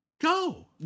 Go